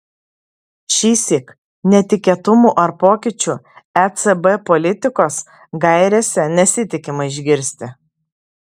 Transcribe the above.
šįsyk netikėtumų ar pokyčių ecb politikos gairėse nesitikima išgirsti